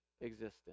existence